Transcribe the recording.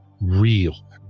real